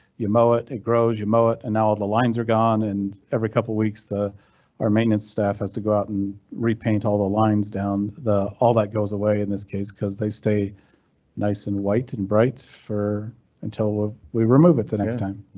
you mow it, it grows, you mow it and now the lines are gone and every couple of weeks the our maintenance staff has to go out and repaint all the lines down the all that goes away. in this case cause they stay nice and white and bright for until we we remove it the next time.